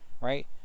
right